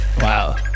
Wow